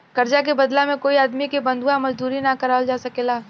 कर्जा के बदला में कोई आदमी से बंधुआ मजदूरी ना करावल जा सकेला